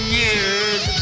years